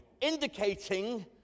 Indicating